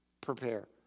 Prepare